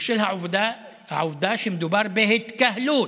בשל העובדה שמדובר בהתקהלות.